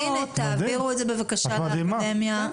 תעבירו את זה בבקשה לאקדמיה.